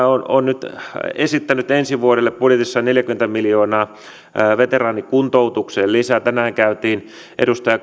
on on nyt esittänyt ensi vuodelle budjetissaan neljäkymmentä miljoonaa veteraanikuntoutukseen lisää tänään käytiin edustaja